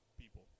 people